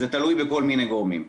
זה תלוי בכל מיני גורמים.